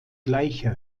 gleicher